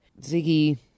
Ziggy